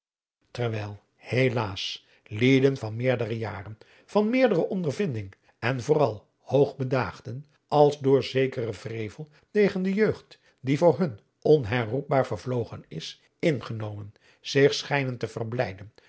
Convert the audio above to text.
terwijl helaas lieden van meerdere jaren van meerder ondervinding en vooral hoog bedaagden als door zekeren wrevel tegen de jeugd die voor hun onherroepbaar vervlogen is ingenomen zich schijnen te verblijden